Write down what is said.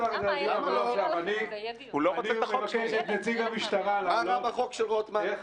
אני קראתי את הצעת החוק של רוטמן,